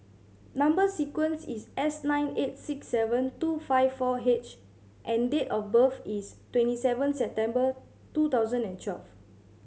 number sequence is S nine eight six seven two five four H and date of birth is twenty seven September two thousand and twelve